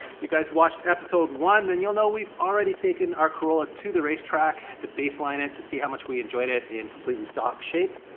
you guys watched episode one then you'll know we've already taken our corolla to the race track to baseline it, to see how much we enjoyed it in completely stock shape.